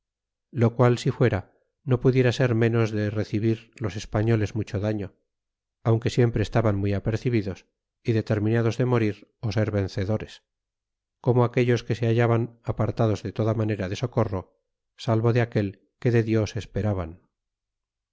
lo qual si fuera no pu diera ser menos de rescibir los españoles mucho daño aunque siempre estaban muy apercibidos y determinados de morir ser vencedores como aquellos que se hallaban apartados de a toda manera de socorro salvo de aquel que de dios espera